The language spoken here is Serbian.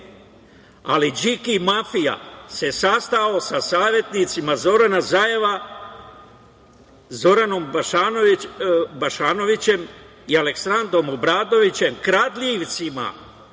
ali Điki mafija se sastao sa savetnicima Zorana Zajeva, Zoranom Bašanovićem i Aleksandrom Obradovićem, kradljivicima